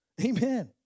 Amen